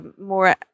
more